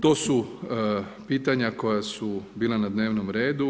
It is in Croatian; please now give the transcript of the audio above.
To su pitanja koja su bila na dnevnom redu.